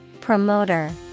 Promoter